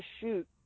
shoot